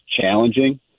challenging